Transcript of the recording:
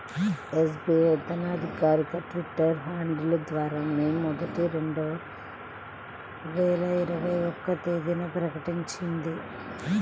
SBI తన అధికారిక Twitter handle ద్వారా మే మొదటి, రెండు వేల ఇరవై ఒక్క తేదీన ప్రకటించింది